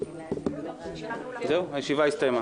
הישיבה הסתיימה.